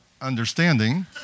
understanding